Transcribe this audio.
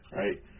right